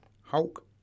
Hulk